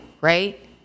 right